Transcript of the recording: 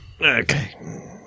Okay